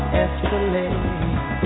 escalate